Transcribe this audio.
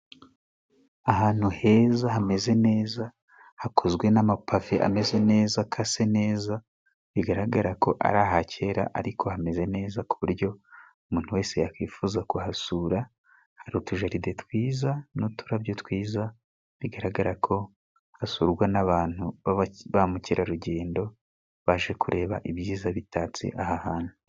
Ahantu heza hameze neza hakozwe n'amapave ameze neza, akase neza bigaragara ko ari aha kera, ariko hameze neza ku buryo umuntu wese yakwifuza kuhasura. Hari utujaride twiza n'uturabyo twiza bigaragara ko hasurwa n'abantu ba mukerarugendo baje kureba ibyiza bitatse aha hantu.